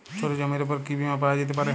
ছোট জমির উপর কি বীমা পাওয়া যেতে পারে?